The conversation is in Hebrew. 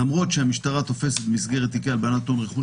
למרות שהמשטרה תופסת במסגרת תיקי הלבנת ההון ורכוש